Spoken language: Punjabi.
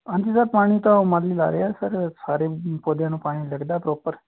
ਹਾਂਜੀ ਸਰ ਪਾਣੀ ਤਾਂ ਉਹ ਮਾਲੀ ਲਗਾ ਰਿਹਾ ਸਰ ਸਾਰੇ ਪੌਦਿਆ ਨੂੰ ਪਾਣੀ ਲੱਗਦਾ ਪ੍ਰੋਪਰ